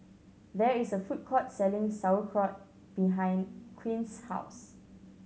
there is a food court selling Sauerkraut behind Quinn's house